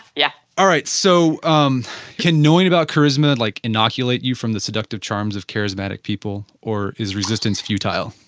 yeah all right. so um can knowing about charisma like inoculate you from the seductive charms of charismatic people or is resistance futile?